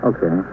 Okay